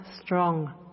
strong